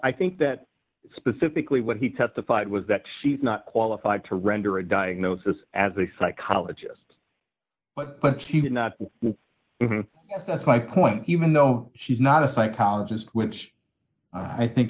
i think that specifically what he testified was that she's not qualified to render a diagnosis as a psychologist but she did not that's my point even though she's not a psychologist which i think